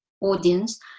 audience